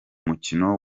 mukino